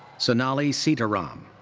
sonali sitaram.